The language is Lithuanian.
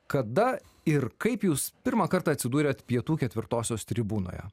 kada ir kaip jūs pirmą kartą atsidūrėte pietų ketvirtosios tribūnoje